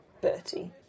Bertie